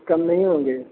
कम नहीं होंगे